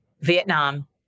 Vietnam